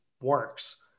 works